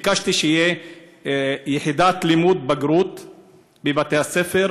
ביקשתי שתהיה יחידת לימוד לבגרות בבתי-הספר.